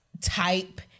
type